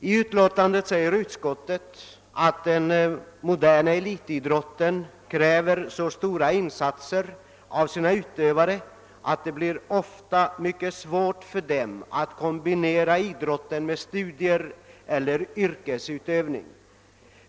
I utlåtandet säger utskottet att den moderna elitidrotten kräver så stora insatser av sina utövare, att det ofta blir mycket svårt för dem att kombinera idrott med studier eller yrkesutövning.